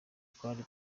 turi